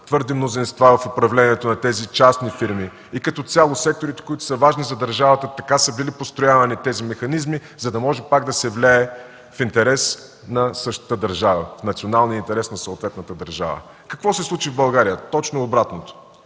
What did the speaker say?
Твърди мнозинства в управлението на тези частни фирми и като цяло секторите, които са важни за държавата, така са били построявани тези механизми, за да може пак да се влее в интерес на същата държава – националният интерес на съответната държава. Какво се случи в България? Точно обратното.